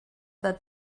that